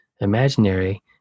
imaginary